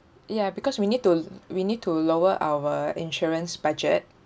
ya because we need to l~ we need to lower our insurance budget